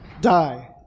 die